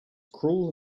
cruel